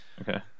okay